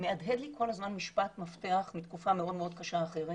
מהדהד לי כל הזמן משפט מפתח מתקופה מאוד מאוד קשה אחרת